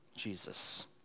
Jesus